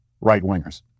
right-wingers